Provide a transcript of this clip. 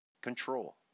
Control